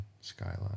skyline